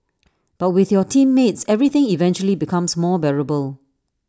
but with your teammates everything eventually becomes more bearable